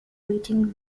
waiting